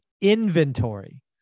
Inventory